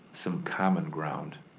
some common ground.